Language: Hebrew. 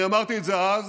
אני אמרתי את זה אז,